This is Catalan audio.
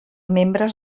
membres